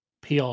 PR